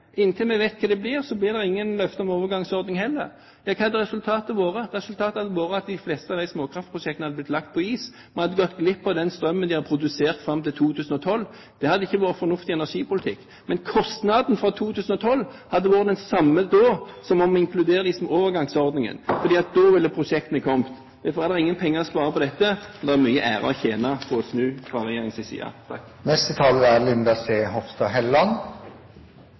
inntil vi vet hva det blir, blir det ingen løfter om overgangsordninger heller. Hva hadde da resultatet blitt? Resultatet hadde blitt at de fleste av småkraftprosjektene hadde blitt lagt på is. Vi hadde gått glipp av den strømmen de ville ha produsert fram til 2012. Det hadde ikke vært fornuftig energipolitikk. Men kostnaden fra 2012 hadde vært den samme som om vi hadde inkludert disse i overgangsordningen, for da ville prosjektene kommet. Derfor er det ingen penger å spare på dette, og det er mye ære å tjene på å snu fra regjeringens side. Jeg håper dette føles som en vond dag for regjeringen